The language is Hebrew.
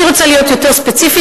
אני רוצה להיות יותר ספציפית,